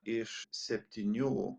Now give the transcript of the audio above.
iš septynių